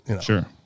Sure